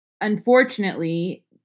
unfortunately